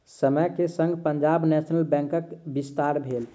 समय के संग पंजाब नेशनल बैंकक विस्तार भेल